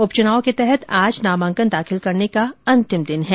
उप चुनाव के तहत आज नामांकन दाखिल करने का अंतिम दिन है